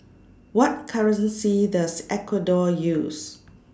What currency Does Ecuador use